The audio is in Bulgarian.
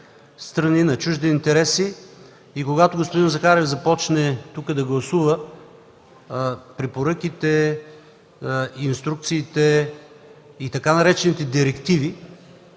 страни и интереси. Когато господин Захариев започне да гласува тук препоръките, инструкциите и така наречените „директиви”